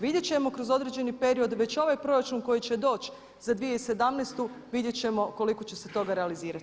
Vidjeti ćemo kroz određeni period već ovaj proračun koji će doći za 2017., vidjeti ćemo koliko će se toga realizirati.